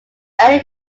early